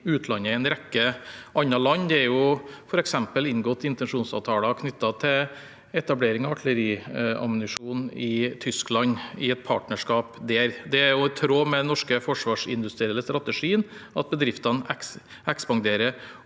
i en rekke andre land. Det er f.eks. inngått intensjonsavtaler knyttet til etablering av artilleriammunisjon i Tyskland, i et partnerskap der. Det er i tråd med den norske forsvarsindustrielle strategien at bedriftene ekspanderer